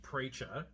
Preacher